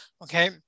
Okay